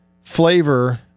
flavor